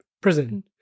prison